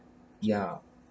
ya